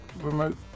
remote